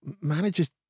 managers